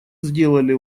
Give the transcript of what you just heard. сделали